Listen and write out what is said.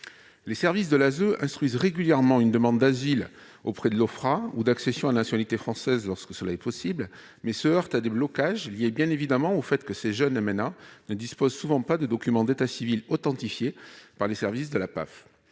Les services de l'ASE instruisent régulièrement une demande d'asile auprès de l'Ofpra ou d'accession à la nationalité française, lorsque cela est possible, mais se heurtent à des blocages liés bien évidemment au fait que ces jeunes MNA ne disposent souvent pas de documents d'état civil authentifiés par les services de la